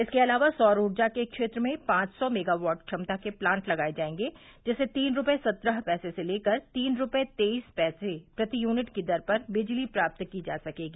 इसके अलवा सौर ऊर्जा के क्षेत्र में पांव सौ मेगावाट क्षमता के प्लांट लगाये जायेंगे जिससे तीन रूपये सत्रह पैसे से लेकर तीन रूपये तेइस पैसे प्रति यूनिट की दर पर बिजली प्राप्त की जा सकेगी